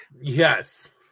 yes